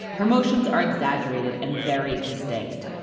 her emotions are exaggerated and very distinct.